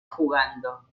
jugando